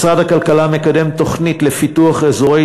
"משרד הכלכלה מקדם תוכנית לפיתוח אזורי